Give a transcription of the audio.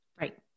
Right